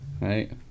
Right